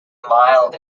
mild